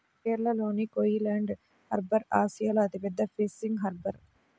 కేరళలోని కోయిలాండి హార్బర్ ఆసియాలో అతిపెద్ద ఫిషింగ్ హార్బర్